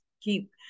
keep